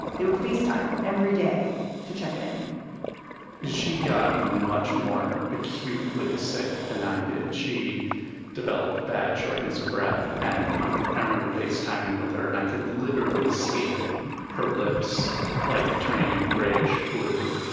they would face time every day to check in she got much more acutely sick than i did. she developed bad shortness of breath. and um i remember face timing with her and i could literally see her lips like turning a grayish blue.